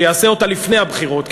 שיעשה זאת לפני הבחירות,